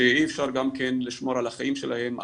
שאי אפשר גם כן לשמור על החיים שלהם,